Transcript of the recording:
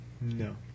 No